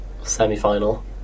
semi-final